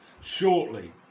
shortly